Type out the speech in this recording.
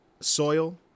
Soil